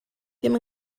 ddim